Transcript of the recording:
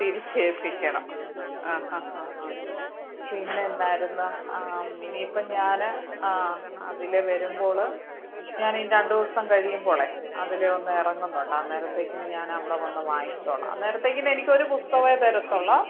തിരിച്ച് ഏൽപ്പിക്കണം ആ ആ ആ ആ പിന്നെ എന്തായിരുന്നു ഇനി ഇപ്പം ഞാൻ ആ അതിലെ വരുമ്പോൾ ഞാൻ ഇനി രണ്ട് ദിവസം കഴിയുമ്പോൾ അതിലെ ഒന്ന് ഇറങ്ങുന്നുണ്ട് അന്നേരത്തേക്കിന് ഞാൻ അവിടെ വന്ന് വാങ്ങിച്ചോളാം അന്നേരത്തേക്കിന് എനിക്ക് ഒരു പുസ്തകമേ തരത്തുള്ളുഓ